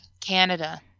Canada